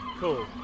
Cool